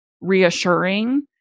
reassuring